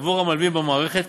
ועבור המלווים במערכת,